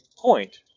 point